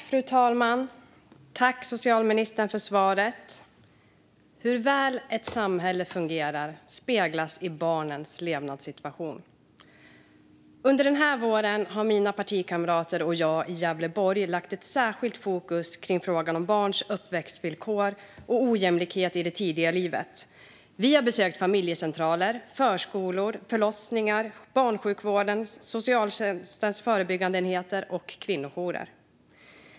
Fru talman! Jag tackar socialministern för svaret. Hur väl ett samhälle fungerar speglas i barnens levnadssituation. Under den här våren har jag och mina partikamrater i Gävleborg satt särskilt fokus på frågan om barns uppväxtvillkor och ojämlikhet i det tidiga livet. Vi har besökt familjecentraler, förskolor, förlossningar, barnsjukvårdens och socialtjänstens förebyggandeenheter och kvinnojourer.